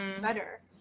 better